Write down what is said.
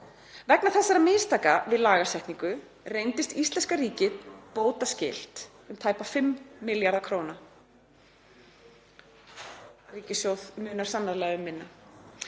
Vegna þessara mistaka við lagasetningu reyndist íslenska ríkið bótaskylt um tæpa 5 milljarða kr. Ríkissjóð munar sannarlega um minna.